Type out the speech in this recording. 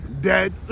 Dead